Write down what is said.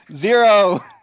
Zero